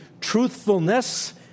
truthfulness